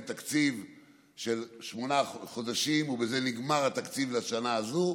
תקציב לשמונה חודשים ובזה נגמר התקציב לשנה הזאת.